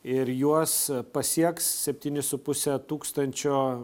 ir juos pasieks septyni su puse tūkstančio